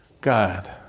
God